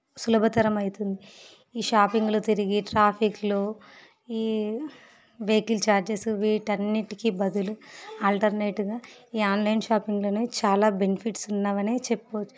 సులభతరమయితుంది ఈ షాపింగ్లు తిరిగి ట్రాఫిక్లు ఈ వెయికల్ చార్జెస్ వీటన్నిటికీ బదులు ఆల్టర్నేటుగా ఈ ఆన్లైన్ షాపింగ్లు అనేవి చాలా బెనిఫిట్స్ ఉన్నావనే చెప్పుకోవచ్చు